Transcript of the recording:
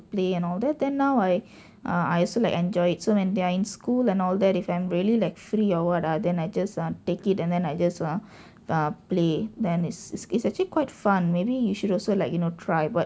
play and all that then now I uh I also like enjoy it so when they are in school and all that if I'm really like free or what ah then I just ah take it and then I just ah ah play then is is actually quite fun maybe you should also like you know try but